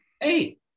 Hey